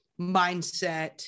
mindset